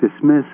dismiss